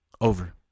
Over